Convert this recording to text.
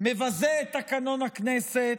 מבזה את תקנון הכנסת,